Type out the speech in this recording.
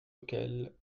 auquel